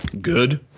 good